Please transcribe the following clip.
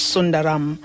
Sundaram